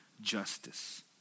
justice